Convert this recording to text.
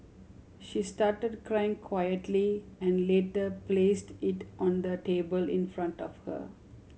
she started crying quietly and later placed it on the table in front of her